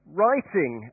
writing